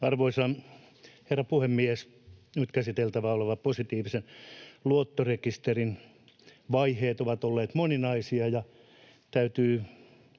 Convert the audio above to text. Arvoisa herra puhemies! Nyt käsiteltävänä olevan positiivisen luottorekisterin vaiheet ovat olleet moninaisia, ja täytyy